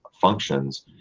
functions